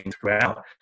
throughout